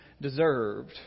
deserved